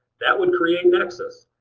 that would create nexus.